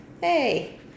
Hey